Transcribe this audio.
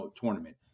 tournament